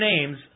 names